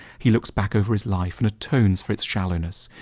he looks back over his life and atones for its shallowness.